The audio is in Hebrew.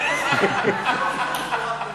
בשורה טובה.